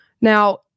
Now –